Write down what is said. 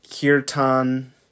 kirtan